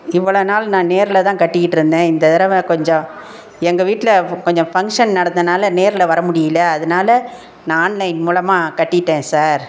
இவ்வளோ நாள் நான் நேரில் தான் கட்டிக்கிட்டிருந்தேன் இந்த தடவை கொஞ்சம் எங்கள் வீட்டில் வு கொஞ்சம் ஃபங்க்ஷன் நடந்ததினால நேரில் வர முடியிலை அதனால நான் ஆன்லைன் மூலமாக கட்டிவிட்டேன் சார்